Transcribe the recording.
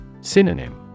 Synonym